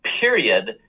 period